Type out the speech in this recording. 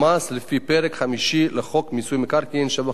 פרק חמישי לחוק מיסוי מקרקעין (שבח ורכישה),